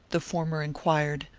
the former inquired,